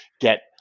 get